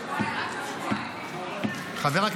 יש